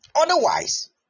Otherwise